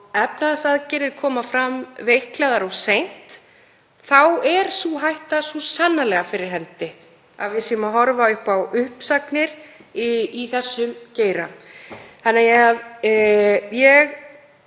efnahagsaðgerðir koma fram veiklaðar og of seint þá er sú hætta svo sannarlega fyrir hendi að við séum að horfa fram á uppsagnir í þessum geira. Ég er